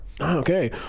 okay